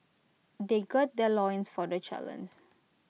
they gird their loins for the challenge